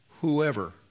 Whoever